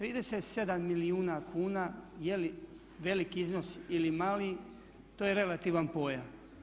37 milijuna kuna je li velik iznos ili mali to je relativan pojam.